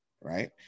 Right